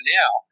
now